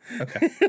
Okay